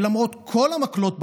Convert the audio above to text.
למרות כל המקלות בגלגלים,